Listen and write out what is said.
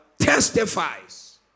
testifies